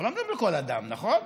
אנחנו לא מדברים על כל אדם, נכון?